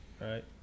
Right